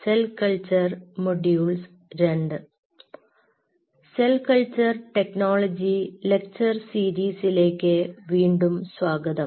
cell culture technology lecture സീരീസിലേക്ക് വീണ്ടും സ്വാഗതം